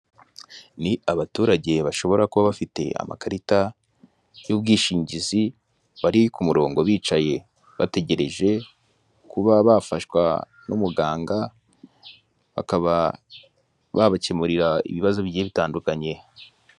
Ni abaturage bashobora kuba bafite amakarita y'ubwishingizi bari ku murongo bicaye, bategereje kuba bafashwa n'umuganga bakaba babakemurira ibibazo bitandukanye.